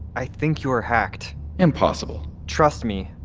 i think you were hacked impossible trust me,